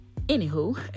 anywho